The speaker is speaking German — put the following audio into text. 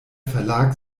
verlag